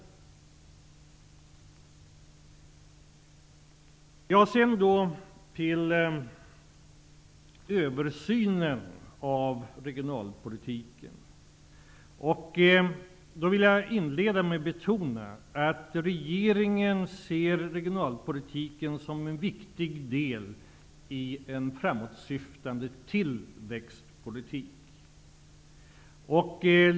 Sedan till översynen av regionalpolitiken. Regeringen ser regionalpolitiken som en viktig del i en framåtsyftande tillväxtpolitik.